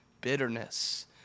bitterness